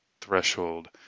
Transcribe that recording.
threshold